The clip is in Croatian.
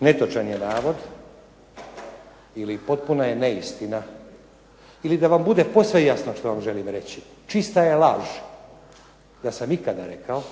netočan je navod ili potpuna je neistina ili da vam bude posve jasno što vam želim reći, čista je laž da sam ikada rekao